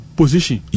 position